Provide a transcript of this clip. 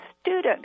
student